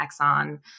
Exxon